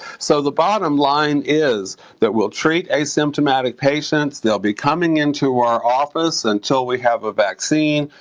so the bottom line is that we'll treat asymptomatic patients, they'll be coming into our office until we have a vaccine.